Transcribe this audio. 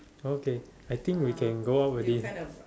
okay I think we can go out already